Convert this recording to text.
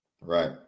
Right